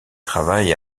travaille